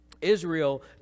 Israel